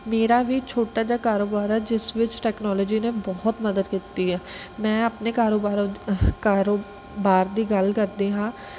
ਮੇਰਾ ਵੀ ਛੋਟਾ ਜਿਹਾ ਕਾਰੋਬਾਰ ਹੈ ਜਿਸ ਵਿੱਚ ਟੈਕਨੋਲੋਜੀ ਨੇ ਬਹੁਤ ਮਦਦ ਕੀਤੀ ਹੈ ਮੈਂ ਆਪਣੇ ਕਾਰੋਬਾਰ ਕਾਰੋਬਾਰ ਦੀ ਗੱਲ ਕਰਦੀ ਹਾਂ